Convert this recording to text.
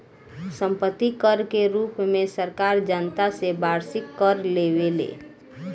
सम्पत्ति कर के रूप में सरकार जनता से वार्षिक कर लेवेले